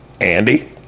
Andy